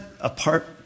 apart